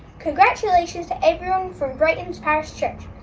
congratulations to everyone from brightons parish church.